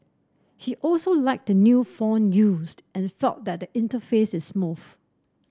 he also liked the new font used and that the interface is smooth